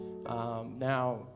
Now